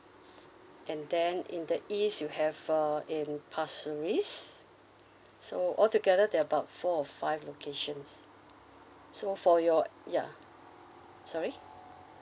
and then in the east you have uh in pasir ris so altogether there are about four or five locations so for your ya sorry